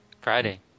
Friday